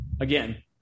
again